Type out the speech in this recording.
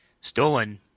Stolen